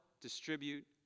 distribute